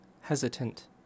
hesitant